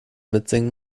mitsingen